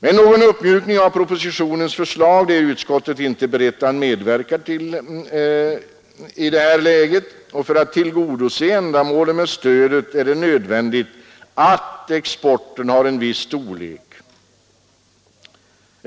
Men någon uppmjukning av propositionens förslag är utskottet inte berett att medverka till i detta läge, och för att tillgodose ändamålet med stödet är det nödvändigt att exporten har en viss storlek.